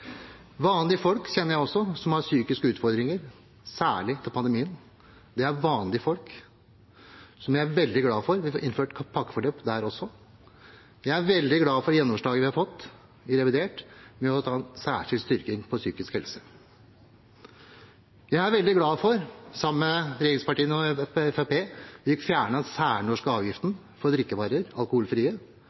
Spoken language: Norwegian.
kjenner også vanlige folk som har psykiske utfordringer, særlig etter pandemien. Det er vanlige folk, så jeg er veldig glad for at vi får innført pakkeforløp der også. Jeg er veldig glad for gjennomslaget vi har fått i revidert budsjett for en særskilt styrking innenfor psykisk helse. Jeg er veldig glad for at Fremskrittspartiet, sammen med regjeringspartiene, fikk fjernet den særnorske avgiften på alkoholfrie drikkevarer.